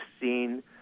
seen